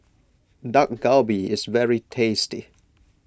Dak Galbi is very tasty